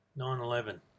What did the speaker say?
9-11